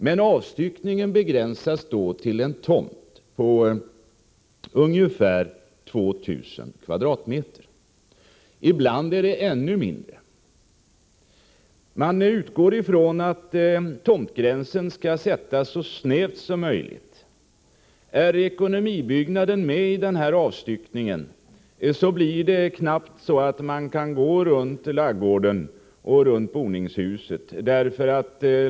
Men avstyckningen begränsas då till en tomt på ungefär 2 000 kvadratmeter — ibland ännu mindre. Man utgår från att tomtgränsen skall sättas så snävt som möjligt. Om ekonomibyggnaden ingår i avstyckningen, kan man knappt gå runt ladugården och boningshuset.